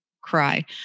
cry